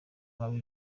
haba